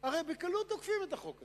הרי בקלות עוקפים את החוק הזה,